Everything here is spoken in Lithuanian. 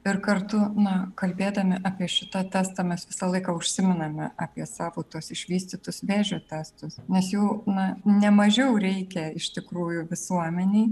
ir kartu na kalbėdami apie šitą testą mes visą laiką užsimename apie savo tuos išvystytus vėžio testus nes jų na ne mažiau reikia iš tikrųjų visuomenei